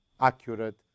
accurate